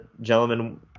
gentlemen